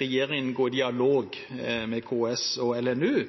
regjeringen gå i dialog med KS og